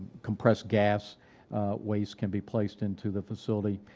compressed gas waste can be placed into the facility,